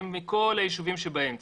ומכל היישובים שבאמצע.